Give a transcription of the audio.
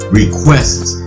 requests